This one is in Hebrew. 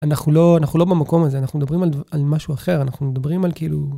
אנחנו לא אנחנו לא במקום הזה, אנחנו מדברים על משהו אחר, אנחנו מדברים על כאילו...